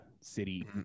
city